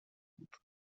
بود